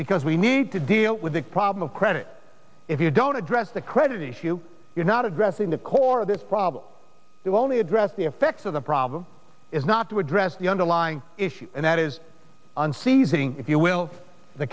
because we need to deal with the problem of credit if you don't address the credit issue you're not addressing the core of this problem that only address the effects of the problem is not to address the underlying issue and that is an seizing if you will the